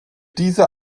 diese